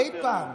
אי פעם.